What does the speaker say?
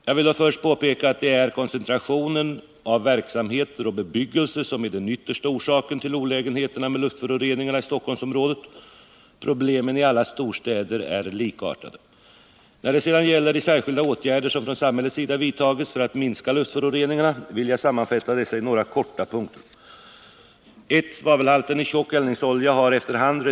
Jag vill då först påpeka att det är koncentrationen av verksamheter och bebyggelse som är den yttersta orsaken till olägenheterna med luftföroreningarna i Stockholmsområdet. Problemen i alla storstäder är likartade. När det sedan gäller de särskilda åtgärder som från samhällets sida vidtagits för att minska luftföroreningarna vill jag sammanfatta dessa i några korta punkter.